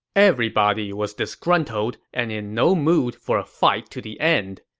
everybody was disgruntled and in no mood for a fight to the end.